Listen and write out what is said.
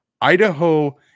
Idaho